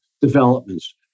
developments